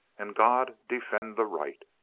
and god defend the right!